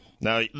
Now